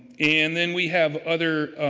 and then we have other